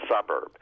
suburb